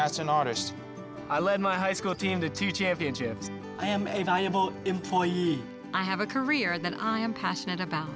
as an artist i led my high school team to two championships i am a valuable employee i have a career that i am passionate about